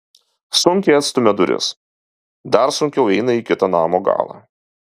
sunkiai atstumia duris dar sunkiau eina į kitą namo galą